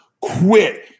quit